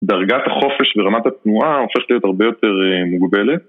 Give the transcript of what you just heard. דרגת החופש ורמת התנועה הופכת להיות הרבה יותר מוגבלת.